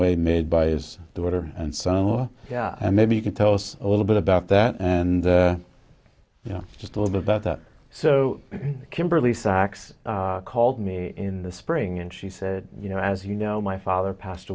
way made by his daughter and son in law and maybe you can tell us a little bit about that and you know just a little bit about that so kimberly sachs called me in the spring and she said you know as you know my father passed